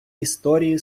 історії